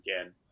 again